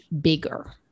bigger